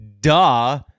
Duh